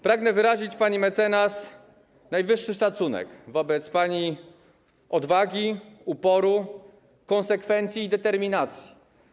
Pragnę wyrazić, pani mecenas, najwyższy szacunek wobec pani odwagi, uporu, konsekwencji i determinacji.